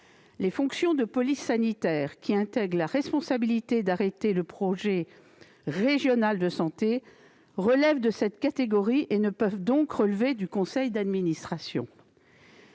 Les fonctions de police sanitaire, qui intègrent la responsabilité d'arrêter le projet régional de santé, participent de cette catégorie et ne peuvent donc relever du conseil d'administration